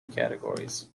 categories